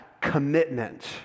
commitment